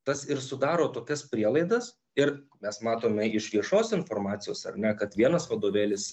tas ir sudaro tokias prielaidas ir mes matome iš viešos informacijos ar ne kad vienas vadovėlis